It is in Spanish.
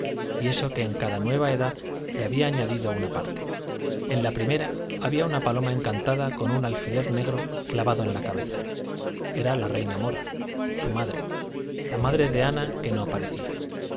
y eso que en cada nueva edad le había añadido una parte en la primera había una paloma encantada con un alfiler negro clavado en la cabeza era la reina mora su madre la madre de ana que no parecía